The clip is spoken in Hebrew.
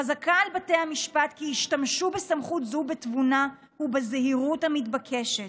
חזקה על בתי המשפט כי ישתמשו בסמכות זו בתבונה ובזהירות המתבקשת,